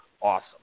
awesome